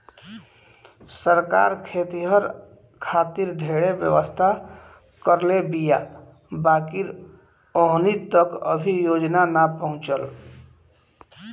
सरकार खेतिहर खातिर ढेरे व्यवस्था करले बीया बाकिर ओहनि तक अभी योजना ना पहुचल